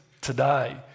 today